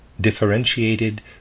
differentiated